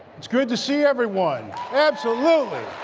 it's good to see everyone. absolutely!